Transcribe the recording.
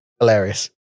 Hilarious